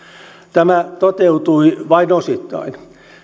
tämä toteutui vain osittain